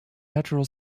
natural